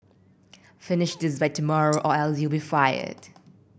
finish this by tomorrow or else you'll be fired